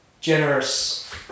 generous